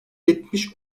yetmiş